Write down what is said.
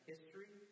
history